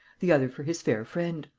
the other for his fair friend.